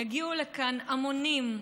יגיעו לכאן המונים,